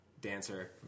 dancer